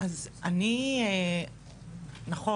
אז אני אענה גם